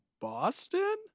Boston